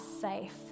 safe